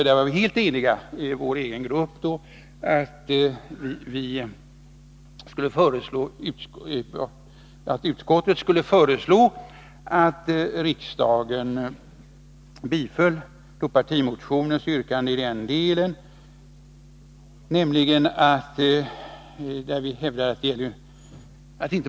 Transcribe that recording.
Vi var då helt eniga i vår egen grupp om reservation 4 — att utskottet skulle föreslå att riksdagen biföll vår partimotions yrkande i denna del.